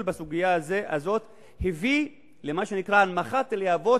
בסוגיה הזאת הביא למה שנקרא הנמכת הלהבות,